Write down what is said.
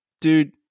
Dude